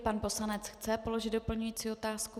Pan poslanec chce položit doplňující otázku.